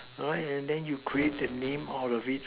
alright and then you create the name out of it